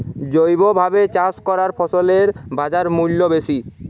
জৈবভাবে চাষ করা ফসলের বাজারমূল্য বেশি